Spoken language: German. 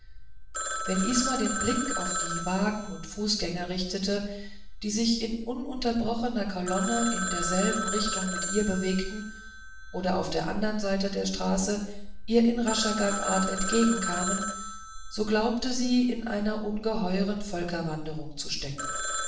wenn isma den blick auf die wagen und fußgänger richtete die sich in ununterbrochener kolonne in derselben richtung mit ihr bewegten oder auf der andern seite der straße ihr in rascher gangart entgegenkamen so glaubte sie in einer ungeheuern völkerwanderung zu stecken